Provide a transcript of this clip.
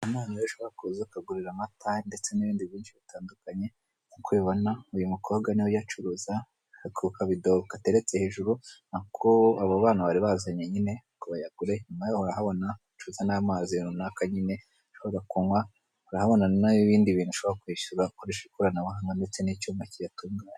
Aha n'ahantu ushobora kuza ukagurira amata ndetse n'ibindi byinshi bitandukanye .Nk'uko ubibona uyu mukobwa niwe uyacuruza, ako kabido gateretse hejuru nako abo bana bari bazanye nyine ngo bayagure, nyuma urahabona acuza n'amazi runaka nyine ushobora kunywa, urahabona n'ibindi bintu ushobora kwishyura ukoresha ikoranabuhanga ndetse hari n'icyuma kiyatunganya.